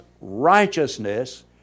righteousness